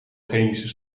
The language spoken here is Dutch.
chemische